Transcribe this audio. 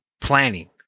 planning